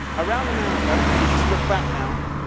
around america, if we just look back now,